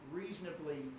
reasonably